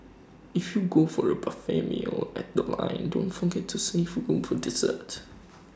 if you go for A buffet meal at The Line don't forget to save room for dessert